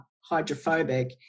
hydrophobic